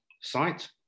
site